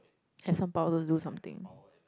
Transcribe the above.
have some power to do something